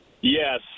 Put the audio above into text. Yes